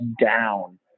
down